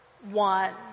One